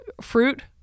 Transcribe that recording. fruit